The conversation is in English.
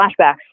flashbacks